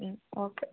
ಹ್ಞೂ ಓಕೆ